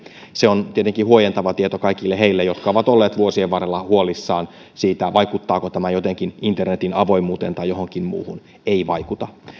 se on tietenkin huojentava tieto kaikille heille jotka ovat olleet vuosien varrella huolissaan siitä vaikuttaako tämä jotenkin internetin avoimuuteen tai johonkin muuhun ei vaikuta